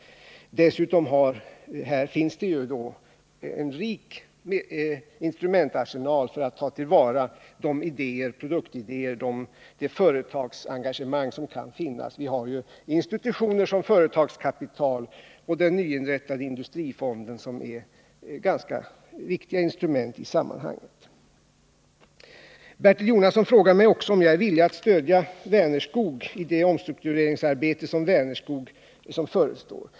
Dessutom finns det då en rik instrumentarsenal för att ta till vara de produktidéer, det företagsengagemang som kan finnas. Vi har institutioner som Företagskapital och den nyinrättade investeringsfonden, som är ganska viktiga instrument i sammanhanget. Bertil Jonasson frågar mig också om jag är villig att stödja Vänerskog i det omstruktureringsarbete som förestår.